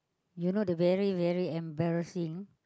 you know the very very embarrassing